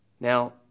Now